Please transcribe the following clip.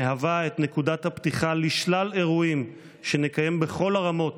מהווה את נקודת הפתיחה לשלל אירועים שנקיים בכל הרמות